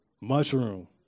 Mushroom